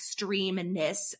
extremeness